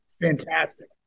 Fantastic